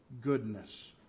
goodness